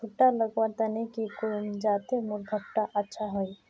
भुट्टा लगवार तने की करूम जाते मोर भुट्टा अच्छा हाई?